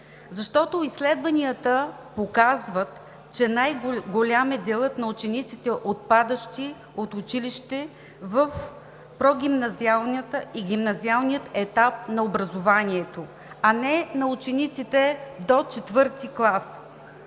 защото изследванията показват, че най-голям е делът на учениците, отпадащи от училище в прогимназиалния и гимназиалния етап на образованието, а не на учениците до IV клас.